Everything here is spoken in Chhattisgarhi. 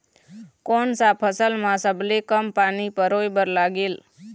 कोन सा फसल मा सबले कम पानी परोए बर लगेल?